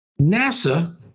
NASA